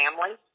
family